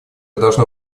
должно